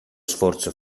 sforzo